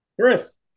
Chris